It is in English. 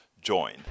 join